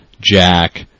Jack